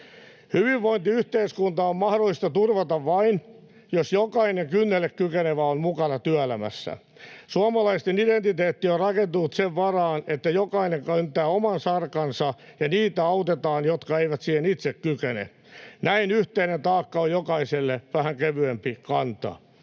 Hyvinvointiyhteiskunta on mahdollista turvata vain, jos jokainen kynnelle kykenevä on mukana työelämässä. Suomalaisten identiteetti on rakentunut sen varaan, että jokainen kyntää oman sarkansa ja niitä autetaan, jotka eivät siihen itse kykene. Näin yhteinen taakka on jokaiselle vähän kevyempi kantaa.